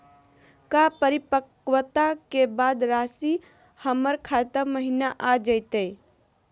का परिपक्वता के बाद रासी हमर खाता महिना आ जइतई?